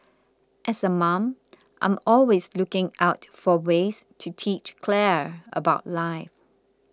as a mom I'm always looking out for ways to teach Claire about life